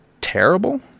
terrible